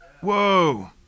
Whoa